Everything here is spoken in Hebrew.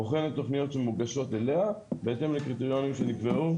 בוחן את התוכניות שמוגשות אליה בהתאם לקריטריונים שנקבעו,